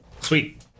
sweet